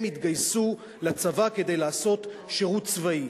הם התגייסו לצבא כדי לעשות שירות צבאי.